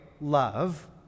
love